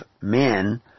men